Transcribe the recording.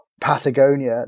Patagonia